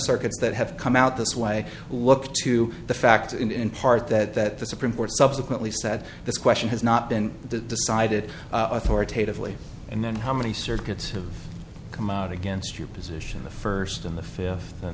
circuits that have come out this way look to the fact in part that the supreme court subsequently said this question has not been decided authoritatively and then how many circuits have come out against your position the first in the fifth on